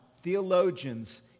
theologians